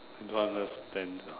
I don't understand ah